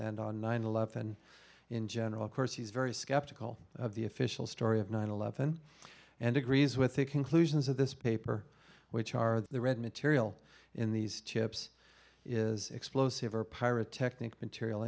and on nine eleven in general course he's very skeptical of the official story of nine eleven and agrees with the conclusions of this paper which are the red material in these chips is explosive or pirate technique material